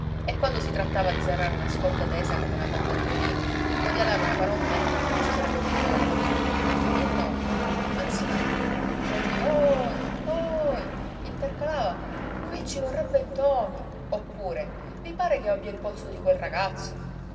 e quando si trattava di serrare una scotta tesa come una corda di violino o di alare una parommella che ci sarebbe voluto l'argano il nonno ansimando cogli ohi ooohi intercalava qui ci vorrebbe ntoni oppure i pare che io abbia il polso di quel ragazzo